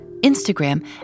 Instagram